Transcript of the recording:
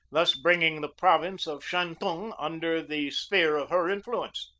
thus bringing the province of shantung under the sphere of her influence.